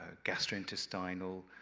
ah gastrointestinal,